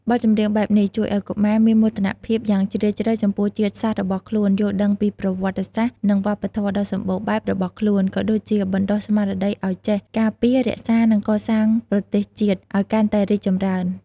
បទចម្រៀងបែបនេះជួយឲ្យកុមារមាន មោទនភាព យ៉ាងជ្រាលជ្រៅចំពោះជាតិសាសន៍របស់ខ្លួន យល់ដឹងពី ប្រវត្តិសាស្រ្ត និងវប្បធម៌ ដ៏សម្បូរបែបរបស់ខ្លួន ក៏ដូចជាបណ្ដុះស្មារតីឲ្យចេះ ការពារ រក្សា និង កសាងប្រទេសជាតិ ឲ្យកាន់តែរីកចម្រើន។